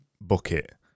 bucket